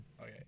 Okay